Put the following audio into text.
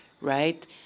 right